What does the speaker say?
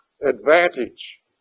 advantage